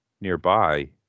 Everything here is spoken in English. nearby